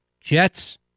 Jets